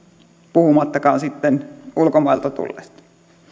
puhumattakaan sitten ulkomailta tulleista